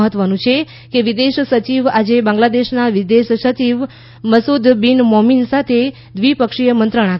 મહ્ત્વનું છે કે વિદેશ સચિવ આજે બાંગ્લાદેશના વિદેશ સચિવ મસુદ બીન મોમીન સાથે દ્વિપક્ષીય મંત્રણા કરશે